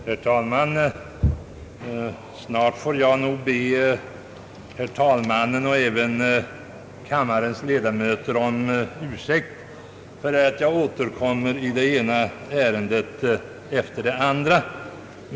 Herr talman! Snart får jag nog be herr talmannen och kammarens ledamöter om ursäkt för att jag återkommer i det ena ärendet efter det andra.